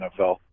NFL